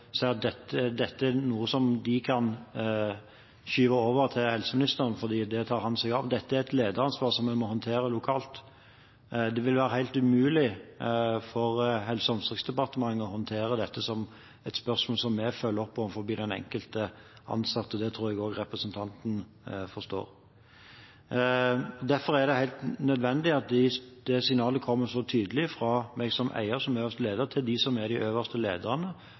dette er noe de kan skyve over til helseministeren, for dette vil han ta seg av. Dette er et lederansvar, som man må håndtere lokalt. Det vil være helt umulig for Helse- og omsorgsdepartementet å håndtere dette som et spørsmål vi følger opp overfor den enkelte ansatte. Det tror jeg også representanten forstår. Derfor er det helt nødvendig at det signalet så tydelig kommer fra meg som eier, som også er leder, til de øverste lederne, om at dette følges videre opp i organisasjonen. Så er